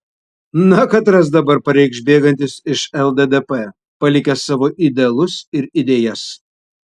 na katras dabar pareikš bėgantis iš lddp palikęs savo idealus ir idėjas